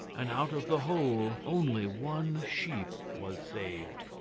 and out of the whole only one sheep was saved.